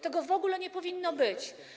Tego w ogóle nie powinno być.